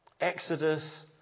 Exodus